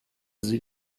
sie